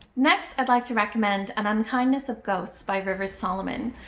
next i'd like to recommend an unkindness of ghosts by rivers solomon.